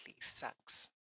sucks